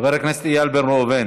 חבר הכנסת איל בן ראובן,